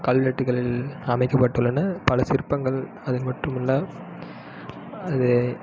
கல்வெட்டுகளில் அமைக்கப்பட்டுள்ளன பல சிற்பங்கள் அதன் மட்டுமில்லை அது